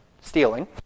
stealing